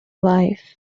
life